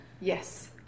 Yes